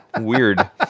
weird